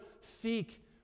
seek